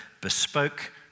bespoke